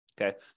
Okay